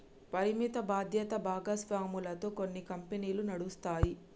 పరిమిత బాధ్యత భాగస్వామ్యాలతో కొన్ని కంపెనీలు నడుస్తాయి